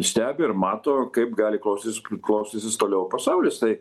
stebi ir mato kaip gali klostytis klostysis toliau pasaulis tai